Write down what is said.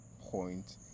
point